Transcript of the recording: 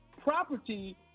property